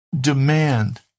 demand